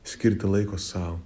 skirti laiko sau